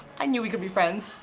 i knew we could be friends.